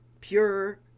pure